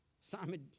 Simon